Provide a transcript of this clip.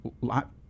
Lot